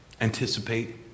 Anticipate